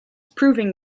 proving